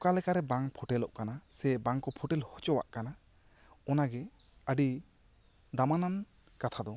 ᱚᱠᱟ ᱞᱮᱠᱟᱨᱮ ᱵᱟᱝ ᱯᱷᱩᱴᱮᱞᱚᱜ ᱠᱟᱱᱟ ᱥᱮ ᱵᱟᱝ ᱠᱚ ᱯᱷᱩᱴᱮᱞ ᱦᱚᱪᱚᱣᱟᱜ ᱠᱟᱱᱟ ᱚᱱᱟ ᱜᱮ ᱟᱹᱰᱤ ᱫᱟᱢᱟᱱᱟᱱ ᱠᱟᱛᱷᱟ ᱫᱚ